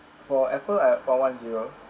for Apple I four one zero